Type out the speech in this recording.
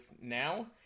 now